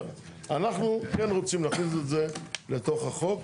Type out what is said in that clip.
אנחנו כן רוצים להכניס את זה לתוך החוק,